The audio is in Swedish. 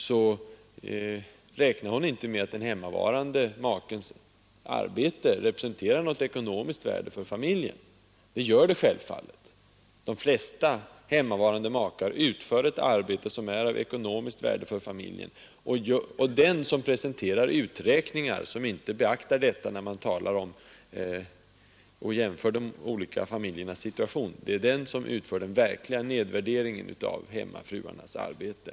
Såvitt jag kunde förstå räknade inte fru Sundberg med att den hemmavarande makens arbete representerade något ekonomiskt värde för familjen. Det gör det självfallet. De flesta hemmavarande makar utför ett arbete som är av ekonomiskt värde för familjen. Den som presenterar uträkningar, som inte beaktar detta vid en jämförelse av de olika familjernas situation, den personen gör den verkliga nedvärderingen av hemmafruarnas arbete.